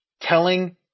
telling